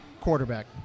Quarterback